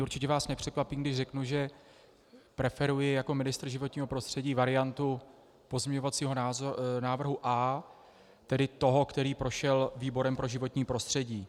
Určitě vás nepřekvapím, když řeknu, že preferuji jako ministr životního prostředí variantu pozměňovacího návrhu A, tedy toho, který prošel výborem pro životní prostředí.